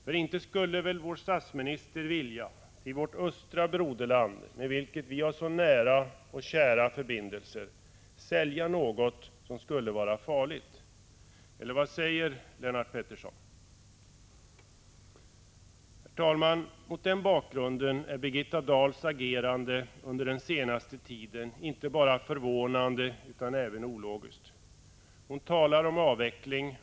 För inte skulle väl vår statsminister till vårt östra broderland, med vilket vi har så nära och kära förbindelser, vilja sälja något som skulle vara farligt! Eller vad säger Lennart Pettersson? Herr talman! Mot den bakgrunden är Birgitta Dahls agerande under den senaste tiden inte bara förvånande utan även ologiskt. Hon talar om avveckling.